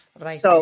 Right